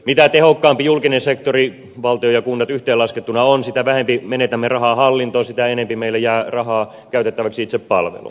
mitä tehokkaampi julkinen sektori on valtio ja kunnat yhteenlaskettuna sitä vähemmän menetämme rahaa hallintoon sitä enemmän meille jää rahaa käytettäväksi itse palveluun